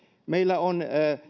meillä on